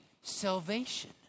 salvation